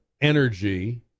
energy